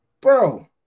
Bro